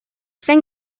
sein